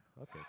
Okay